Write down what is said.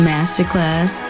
Masterclass